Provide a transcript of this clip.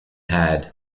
had